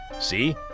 See